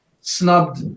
snubbed